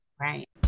right